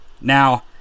Now